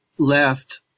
Left